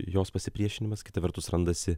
jos pasipriešinimas kita vertus randasi